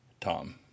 Tom